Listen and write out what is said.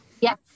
Yes